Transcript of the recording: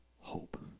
hope